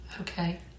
Okay